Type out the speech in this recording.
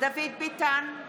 דוד ביטן,